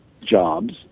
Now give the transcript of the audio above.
jobs